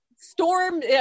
storm